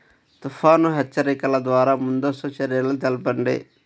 తుఫాను హెచ్చరికల ద్వార ముందస్తు చర్యలు తెలపండి?